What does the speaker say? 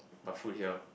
but food here